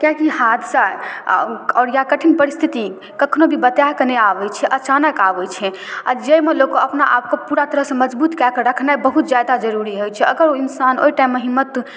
कियाकि हादसा आओर या कठिन परिस्थिति कखनो भी बताकऽ नहि आबै छै अचानक आबै छै आओर जाहिमे लोकके अपना आपके पूरा तरहसँ मजबूत कऽ कऽ रखनाइ बहुत ज्यादा जरूरी होइ छै अगर ओ इन्सान ओहि टाइममे हिम्मत